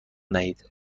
دهید